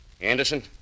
Anderson